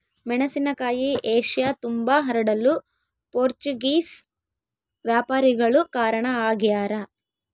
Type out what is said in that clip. ಮೆಣಸಿನಕಾಯಿ ಏಷ್ಯತುಂಬಾ ಹರಡಲು ಪೋರ್ಚುಗೀಸ್ ವ್ಯಾಪಾರಿಗಳು ಕಾರಣ ಆಗ್ಯಾರ